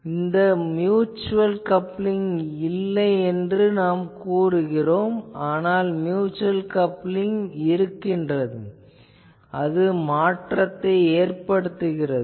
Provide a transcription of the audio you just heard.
இங்கு நாம் mutual coupling இல்லை என்று கூறுகிறோம் ஆனால் மியுச்சுவல் கப்ளிங் உள்ளது அது மாற்றத்தை ஏற்படுத்துகிறது